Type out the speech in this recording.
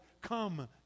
come